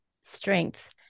strengths